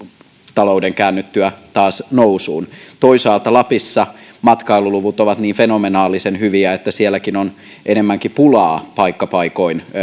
talouden käännyttyä taas nousuun toisaalta lapissa matkailuluvut ovat niin fenomenaalisen hyviä että sielläkin on enemmänkin pulaa paikka paikoin